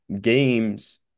games